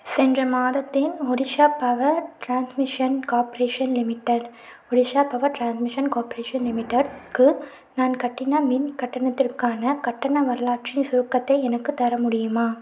சென்ற மாதத்தின் Odisha power transmission corporation limited Odisha power transmission corporation லிமிட்டெட்க்கு நான் கட்டின மின் கட்டணத்திற்கான கட்டண வரலாற்றின் சுருக்கத்தை எனக்குத் தர முடியுமா